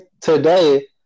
today